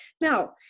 now